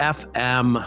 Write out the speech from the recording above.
fm